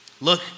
Look